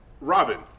Robin